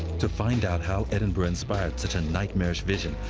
to find out how edinburgh inspired such a nightmarish vision,